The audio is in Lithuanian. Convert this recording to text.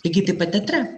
lygiai taip pat teatre